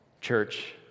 church